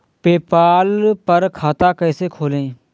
PayPal पर खाता कैसे खोलें?